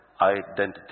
identity